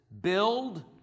build